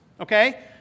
Okay